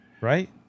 Right